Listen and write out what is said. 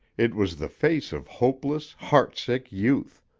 it was the face of hopeless, heartsick youth,